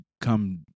come